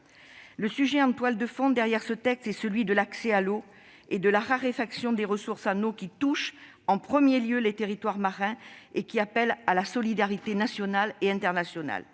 Le sujet en toile de fond de ce texte est celui de l'accès à l'eau et de la raréfaction des ressources en eau, qui touche en premier les territoires marins et nécessite l'appel à la solidarité nationale et internationale.